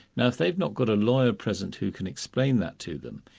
now if they've not got a lawyer present who can explain that to them,